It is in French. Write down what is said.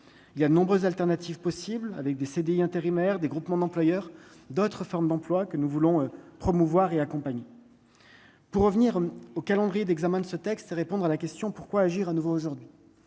il y a de nombreuses alternatives possibles avec des CDI intérimaire des groupements d'employeurs, d'autres formes d'emploi que nous voulons promouvoir et accompagner pour revenir au calendrier d'examen de ce texte et répondre à la question pourquoi agir à nouveau aujourd'hui les